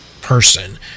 person